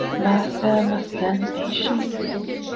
master must learn patience,